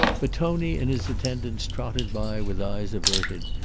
but tony and his attendants trotted by with eyes averted,